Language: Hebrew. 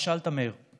מה שאלת, מאיר?